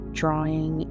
drawing